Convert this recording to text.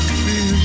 feel